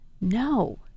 no